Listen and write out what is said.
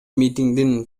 митингдин